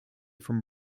from